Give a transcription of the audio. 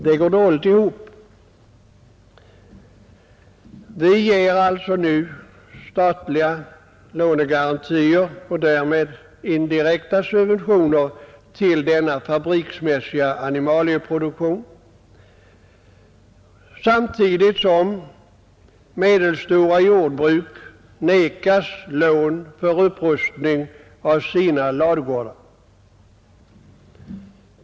Det går dåligt ihop. Vi ger nu statliga lånegarantier och därmed indirekta subventioner till denna fabriksmässiga animalieproduktion samtidigt som medelstora jordbruk nekas lån för upprustning av sina ladugårdar.